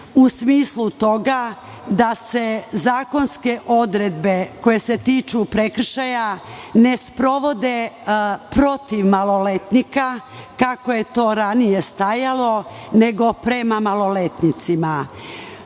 u smislu toga da se zakonske odredbe koje se tiču prekršaja ne sprovode protiv maloletnika, kako je to ranije stajalo, nego prema maloletnicima.